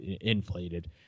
inflated